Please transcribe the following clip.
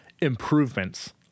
improvements